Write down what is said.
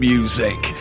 Music